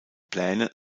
pläne